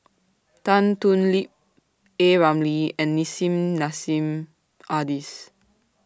Tan Thoon Lip A Ramli and Nissim Nassim Adis